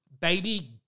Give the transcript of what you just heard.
Baby